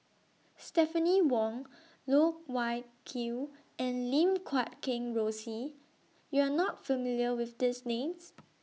Stephanie Wong Loh Wai Kiew and Lim Guat Kheng Rosie YOU Are not familiar with These Names